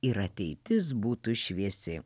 ir ateitis būtų šviesi